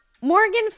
morgan